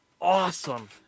awesome